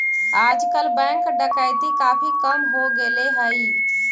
आजकल बैंक डकैती काफी कम हो गेले हई